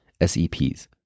SEPs